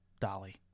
Dolly